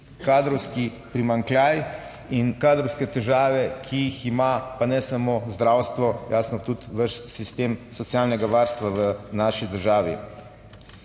kadrovski primanjkljaj in kadrovske težave, ki jih ima, pa ne samo zdravstvo, jasno, tudi ves sistem socialnega varstva v naši državi.